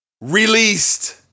released